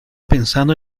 pensando